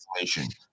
information